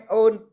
own